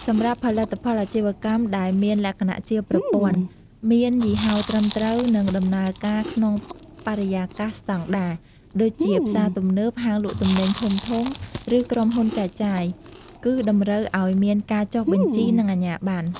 សម្រាប់ផលិតផលអាជីវកម្មដែលមានលក្ខណៈជាប្រព័ន្ធ មានយីហោត្រឹមត្រូវ និងដំណើរការក្នុងបរិយាកាសស្តង់ដារ ដូចជាផ្សារទំនើប ហាងលក់ទំនិញធំៗ ឬក្រុមហ៊ុនចែកចាយ គឺតម្រូវឱ្យមានការចុះបញ្ជី និងអាជ្ញាប័ណ្ណ។